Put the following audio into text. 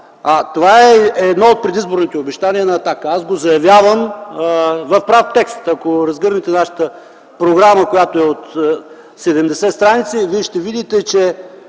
Това е едно от предизборните обещания на „Атака”. Аз го заявявам в прав текст. Ако разгърнете нашата програма, която е от 70 стр., ще видите, че